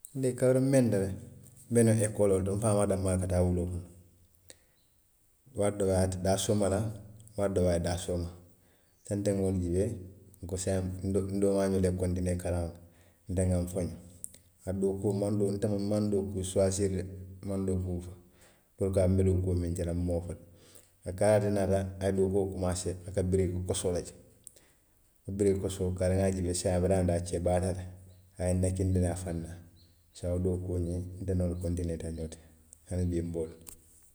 Nte kabiriŋ n menta le, n be nuŋ ekooloo le to n faamaa danmaa le ka taa wuloo kono, waati doo a te daasooma la, waati doo a ye daasooma te nte ŋa wo le juubee, n ko saayiŋ n doomaa ñolu ye kontinee karaŋo la, nte n ŋa n foño kaatu dookuo n maŋ nte maŋ dookuu suwaasiiri de, n maŋ dookuu puru ka a fo n be dookuo muŋ kela, n maŋ wo fo de kabiriŋ ate naata, a ye dookuo komaasee, a ka biriki kosoo le ke, wo biriki kosoo kbiriŋ n ŋa a juubee saayiŋ a be daamiŋ a keebaayaata le, a ye n nakindi naŋ a faŋ na saayiŋ wo dookuo ñiŋ nte niŋ wo le kontineeta ñoo ti, hani bii n be wo le la